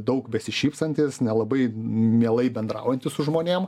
daug besišypsantys nelabai mielai bendraujantys su žmonėm